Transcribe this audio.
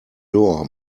door